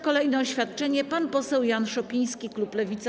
Kolejne oświadczenie, pan poseł Jan Szopiński, klub Lewica.